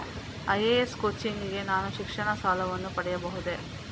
IAS coaching ಗೆ ನಾನು ಶಿಕ್ಷಣ ಸಾಲವನ್ನು ಪಡೆಯಬಹುದೇ?